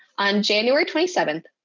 on january twenty seven,